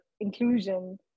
inclusion